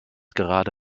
gerade